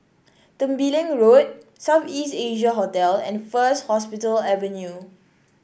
Tembeling Road South East Asia Hotel and First Hospital Avenue